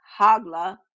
Hagla